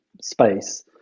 space